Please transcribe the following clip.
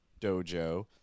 dojo